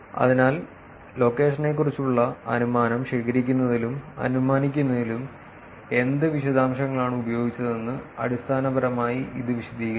അതിനാൽ ലൊക്കേഷനെക്കുറിച്ചുള്ള അനുമാനം ശേഖരിക്കുന്നതിലും അനുമാനിക്കുന്നതിലും എന്ത് വിശദാംശങ്ങളാണ് ഉപയോഗിച്ചതെന്ന് അടിസ്ഥാനപരമായി ഇത് വിശദീകരിക്കുന്നു